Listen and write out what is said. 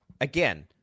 again –